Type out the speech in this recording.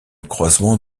croisement